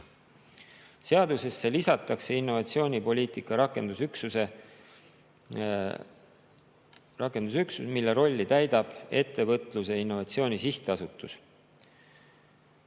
Seadusesse lisatakse innovatsioonipoliitika rakendusüksus, mille rolli täidab Ettevõtluse ja Innovatsiooni Sihtasutus.